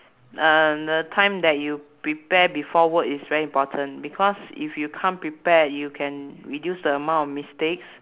uh the time that you prepare before work is very important because if you come prepared you can reduce the amount of mistakes